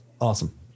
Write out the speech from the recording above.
Awesome